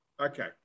Okay